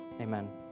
Amen